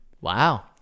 Wow